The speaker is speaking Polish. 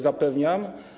Zapewniam.